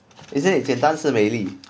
isn't it 简单是美丽